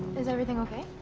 is everything okay?